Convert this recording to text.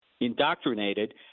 indoctrinated